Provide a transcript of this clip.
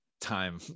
time